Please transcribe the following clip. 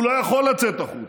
הוא לא יכול לצאת החוצה.